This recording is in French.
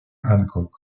hancock